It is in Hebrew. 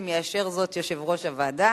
אם יאשר זאת יושב-ראש הוועדה,